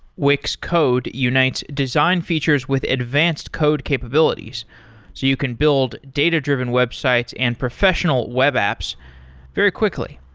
wix code unites design features with advanced code capabilities, so you can build data-driven websites and professional web apps very quickly.